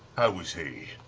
was he?